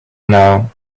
now